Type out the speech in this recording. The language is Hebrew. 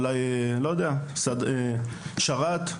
אולי שרת.